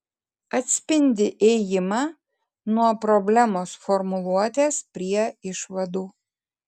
atspindi ėjimą nuo problemos formuluotės prie išvadų